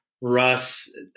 Russ